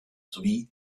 sowie